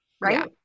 right